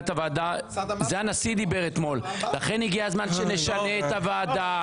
והגיע הזמן שנשנה את הוועדה.